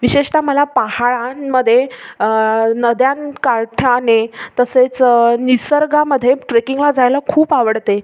विशेषतः मला पहाडांमध्ये नद्यांकाठाने तसेच निसर्गामध्ये ट्रेकिंगला जायला खूप आवडते